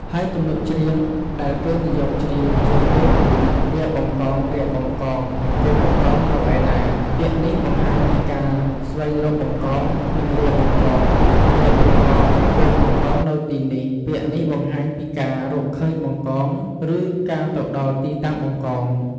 ហើយទំនុកច្រៀងដែលគេនិយមច្រៀងជាងគេគឺ រាវបង្កង រាវបង្កង កូនបង្កងនៅឯណា? ពាក្យនេះបង្ហាញពីការស្វែងរកបង្កង និង រាវបង្កង រាវបង្កង កូនបង្កងនៅទីនេះ! ពាក្យនេះបង្ហាញពីការរកឃើញបង្កង ឬការទៅដល់ទីតាំងបង្កង។